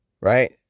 Right